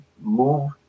move